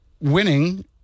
winning